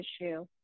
issue